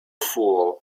fool